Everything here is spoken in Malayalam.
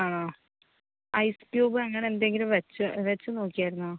ആണോ ഐസ് ക്യൂബ് അങ്ങനെ എന്തെങ്കിലും വെച്ച് വെച്ച് നോക്കിയായിരുന്നോ